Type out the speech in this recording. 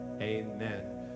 amen